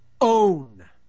own